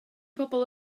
pobl